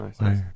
nice